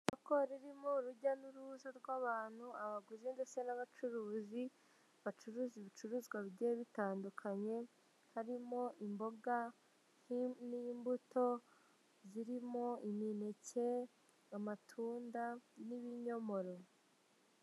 Isoko ririmo urujya n'uruza rw'abantu abaguzi ndetse n'abacuruzi bacuruza ibicuruzwa bigiye bitandukanye harimo imboga, n'imbuto zirimo imineke, amatunda n'ibinyomoro.